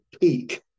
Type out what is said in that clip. peak